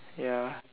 ya